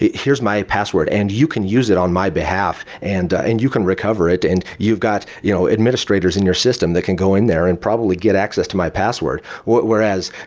here's my password, and you can use it on my behalf. and ah and you can recover it, and you've got you know administrators in your system that can go in there and probably get access to my password. whereas,